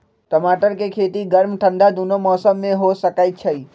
टमाटर के खेती गर्म ठंडा दूनो मौसम में हो सकै छइ